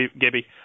Gibby